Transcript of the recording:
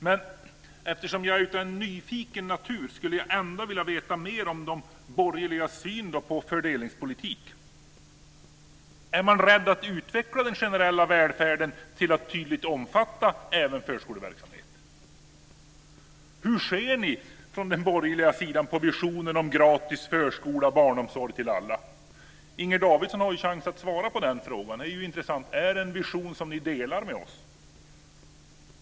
Men eftersom jag är en nyfiken natur skulle jag ändå vilja veta mer om de borgerligas syn på fördelningspolitik. Är man rädd att utveckla den generella välfärden till att tydligt omfatta även förskoleverksamhet? Hur ser ni från den borgerliga sidan på visionen om gratis förskola och barnomsorg till alla? Inger Davidson har nu chans att svara på den frågan. Det är intressant. Är det en vision som ni delar med oss?